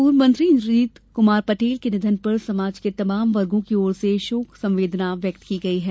पूर्व मंत्री इंद्रजीत कमार पटेल के निधन पर समाज के तमाम वर्गों की ओर से शोक संवेदना व्यक्त की गई हैं